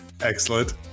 Excellent